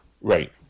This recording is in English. Right